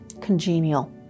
congenial